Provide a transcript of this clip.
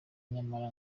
nyamara